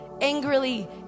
Angrily